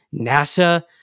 NASA